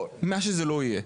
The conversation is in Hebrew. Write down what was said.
או מה שזה לא יהיה.